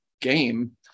game